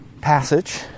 passage